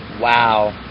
Wow